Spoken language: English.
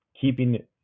keeping